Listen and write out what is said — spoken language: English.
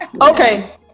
Okay